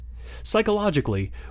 Psychologically